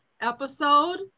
episode